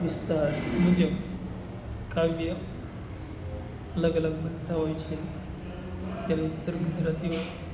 વિસ્તાર મુજબ કાવ્ય અલગ અલગ બનતા હોય છે પહેલું ઉત્તર ગુજરાતી હોય